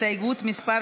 הסתייגות מס'